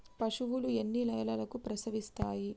పశువులు ఎన్ని నెలలకు ప్రసవిస్తాయి?